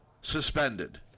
Suspended